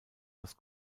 das